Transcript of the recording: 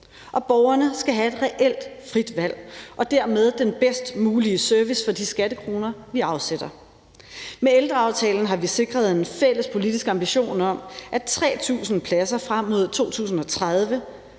og borgerne skal have et reelt frit valg og dermed den bedst mulige service for de skattekroner, vi afsætter. Med ældreaftalen har vi sikret en fælles politisk ambition om, at 3.000 pladser frem mod 2030